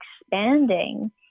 expanding